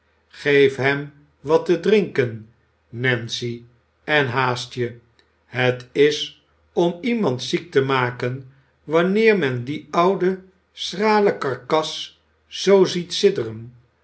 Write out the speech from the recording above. geef hem wat te drinken nancy en haast je het is om iemand ziek te maken wanneer men die oude schrale karkas zoo ziet